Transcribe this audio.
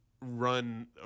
run